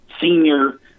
senior